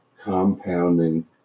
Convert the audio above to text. compounding